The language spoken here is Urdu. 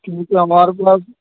کیونکہ ہمارے پاس